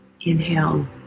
Inhale